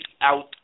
out